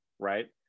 Right